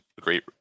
great